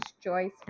choice